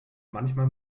manchmal